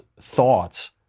thoughts